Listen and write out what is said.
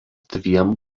dviem